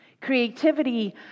Creativity